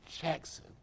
jackson